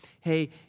hey